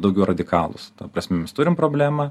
daugiau radikalūs ta prasme mes turim problemą